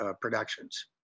productions